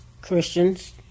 Christians